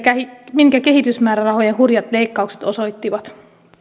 minkä kehitysmäärärahojen hurjat leikkaukset osoittivat